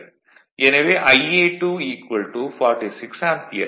எனவே Ia2 46 ampere